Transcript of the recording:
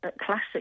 classic